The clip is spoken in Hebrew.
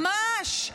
ממש,